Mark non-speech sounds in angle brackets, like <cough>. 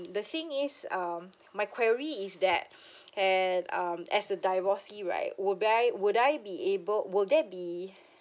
the thing is um my query is that <breath> that um as a divorcee right would I would I be able will there be